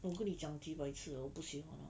我跟你讲几百次了我不喜欢 hor